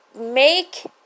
make